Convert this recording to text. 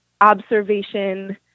observation